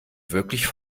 wirklich